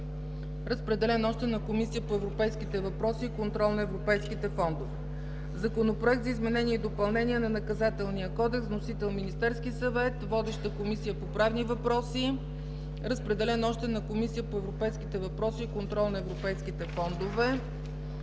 Разпределен е и на Комисията по европейските въпроси и контрол на европейските фондове. Законопроект за изменение и допълнение на Наказателния кодекс. Вносител – Министерският съвет. Водеща е Комисията по правни въпроси. Разпределен е и на Комисията по европейските въпроси и контрол на европейските фондове,